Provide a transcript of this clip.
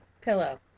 pillow